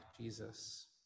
Jesus